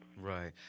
Right